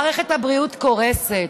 מערכת הבריאות קורסת.